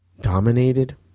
dominated